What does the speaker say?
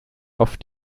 auf